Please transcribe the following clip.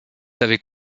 avaient